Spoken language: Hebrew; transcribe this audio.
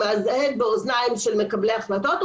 הוא מהדהד באוזניים של מקבלי החלטות,